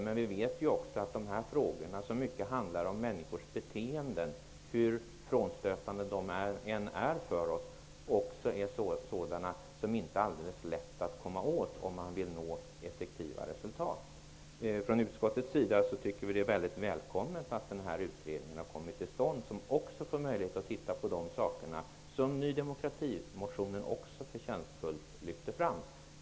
Men vi vet också att sådana här frågor som till stor del handlar om människors beteenden -- hur frånstötande de än är för oss -- inte är helt lätta att komma åt om man vill nå effektiva resultat. Från utskottets sida tycker vi att det är mycket välkommet att den här utredningen har kommit till stånd. Den får också möjlighet att se över de frågor som motionen från Ny demokrati så förtjänstfullt lyfter fram.